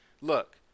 look